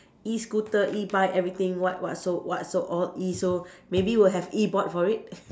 E scooter E bike everything what what so what so all E so maybe will have E board for it